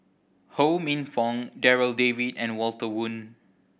Ho Minfong Darryl David and Walter Woon